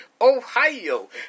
Ohio